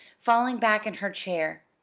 falling back in her chair.